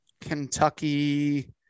Kentucky